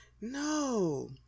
No